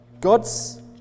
God's